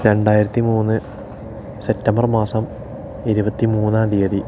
രണ്ടായിരത്തി മൂന്ന് സെപ്റ്റംബർ മാസം ഇരുപത്തി മൂന്നാം തീയ്യതി